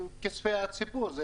מכספי הציבור.